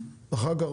אחר כך,